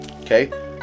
Okay